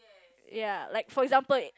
ya like for example